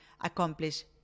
accomplish